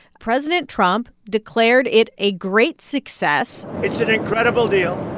president trump declared it a great success it's an incredible deal.